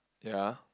ya